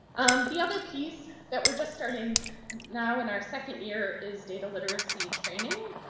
the other piece that we're just starting now in our second year is data literacy training.